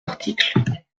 article